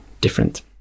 different